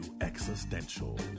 existential